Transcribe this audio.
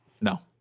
No